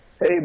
Hey